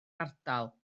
ardal